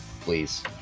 Please